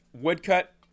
woodcut